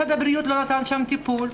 ומשרד הבריאות לא נתן שם טיפול,